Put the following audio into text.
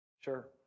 Sure